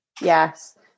Yes